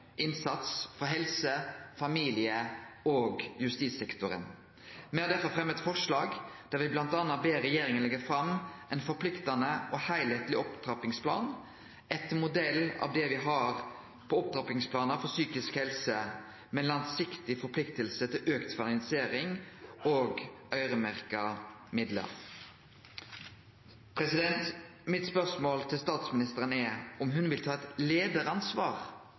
innsats frå helse-, familie- og justissektoren. Me har derfor fremma eit forslag der me bl.a. ber regjeringa leggje fram ein forpliktande og heilskapleg opptrappingsplan etter modell av opptrappingsplan for psykisk helse – med langsiktig forplikting til auka organisering og øyremerkte midlar. Mitt spørsmål til statsministeren er: Vil ho ta eit